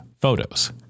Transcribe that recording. photos